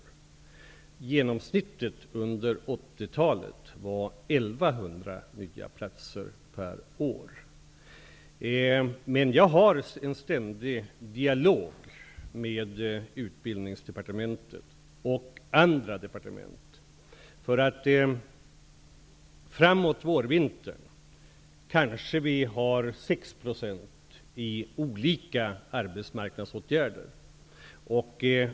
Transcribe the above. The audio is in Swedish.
Genomsnittet under 80-talet var 1 100 per år. Jag för en ständig dialog med Framåt vårvintern kanske vi har 6 % i olika arbetsmarknadsåtgärder.